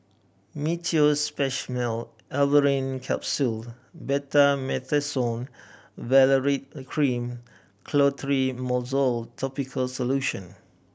Meteospasmyl Alverine Capsule Betamethasone Valerate Cream Clotrimozole Topical Solution